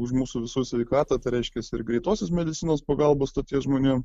už mūsų visų sveikatą tai reiškias ir greitosios medicinos pagalbos stoties žmonėm